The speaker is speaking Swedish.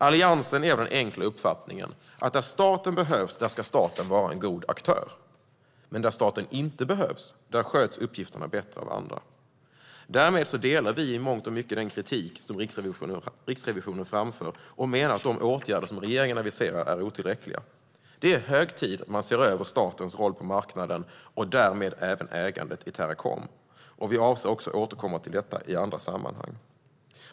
Alliansen är av den enkla uppfattningen att där staten behövs ska staten vara en god aktör, men där staten inte behövs sköts uppgifterna bättre av andra. Därmed delar vi i mångt och mycket den kritik som Riksrevisionen framför och menar att de åtgärder som regeringen aviserar är otillräckliga. Det är hög tid att man ser över statens roll på marknaden och därmed även ägandet i Teracom. Vi avser också att återkomma till detta i andra sammanhang. Fru talman!